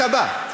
אתה בא.